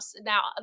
now